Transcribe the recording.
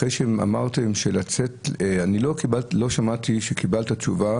אחרי שאמרתם שלצאת אני לא שמעתי שקיבלת תשובה